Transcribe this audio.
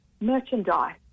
merchandise